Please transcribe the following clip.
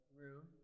room